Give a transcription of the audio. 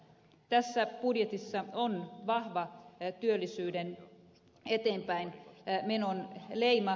tässä budjetissa on vahva työllisyyden eteenpäinmenon leima